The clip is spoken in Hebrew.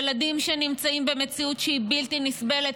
ילדים נמצאים במציאות שהיא בלתי נסבלת,